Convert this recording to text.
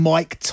Mike